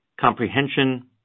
comprehension